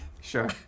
Sure